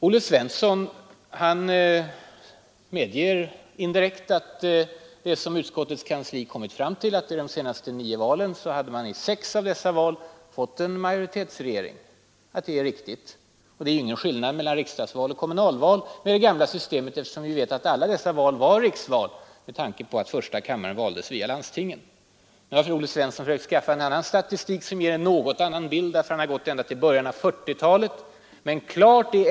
Herr Svensson i Eskilstuna medger indirekt det som utskottets kansli kommit fram till: att man i sex av de senaste nio valen hade fått en majoritetsregering med nuvarande kammaroch valsystem. Det var ingen stor skillnad mellan riksdagsval och kommunalval med det gamla systemet alla dessa val var riksval med tanke på att första kammaren valdes via landstingen. Nu har herr Svensson skaffat fram en statistik som ger en något annan bild därför att han går tillbaka ända till början av 1940-talet.